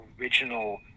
original